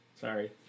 Sorry